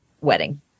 wedding